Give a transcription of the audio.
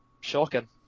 shocking